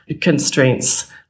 constraints